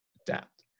adapt